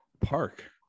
park